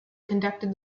conducted